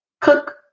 cook